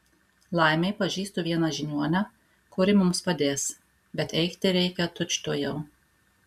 laimei pažįstu vieną žiniuonę kuri mums padės bet eiti reikia tučtuojau